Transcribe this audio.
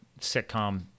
sitcom-